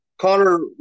Connor